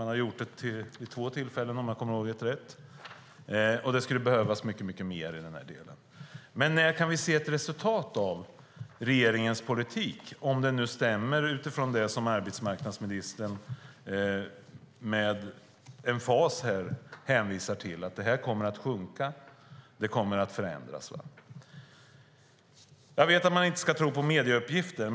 Man har gjort det vid två tillfällen, om jag kommer ihåg rätt, och det skulle behövas mycket mer i denna del. Men när kan vi se ett resultat av regeringens politik, om den nu stämmer utifrån det som arbetsmarknadsministern med emfas här hänvisar till, att detta kommer att sjunka och att det kommer att förändras? Jag vet att man inte ska tro på uppgifter i medierna.